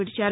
విడిచారు